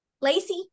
Lacey